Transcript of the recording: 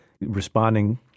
responding